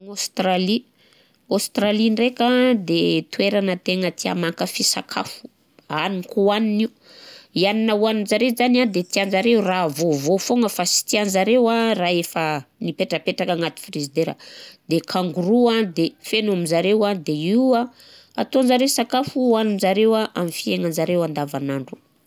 Australie, Australie ndraika an de tegna toeragna tià mankafy sakafo, hanin-koanign'io. Hanina hoaninjareo zany a de tianjareo raha vôvô foana an, sy tianjareo a raha efa mipetrapetraka agnaty frizidera. De Kangoroa a, feno amizare a de io an ataonjareo sakafo oaninjareo an ami fiaignanjareo andavandro.